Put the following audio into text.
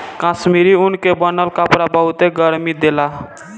कश्मीरी ऊन के बनल कपड़ा बहुते गरमि देला